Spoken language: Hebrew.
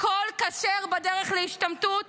הכול כשר בדרך להשתמטות?